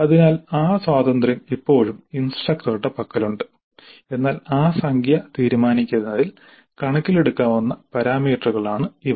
അതിനാൽ ആ സ്വാതന്ത്ര്യം ഇപ്പോഴും ഇൻസ്ട്രക്ടറുടെ പക്കലുണ്ട് എന്നാൽ ആ സംഖ്യ തീരുമാനിക്കുന്നതിൽ കണക്കിലെടുക്കാവുന്ന പാരാമീറ്ററുകളാണ് ഇവ